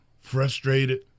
frustrated